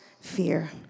fear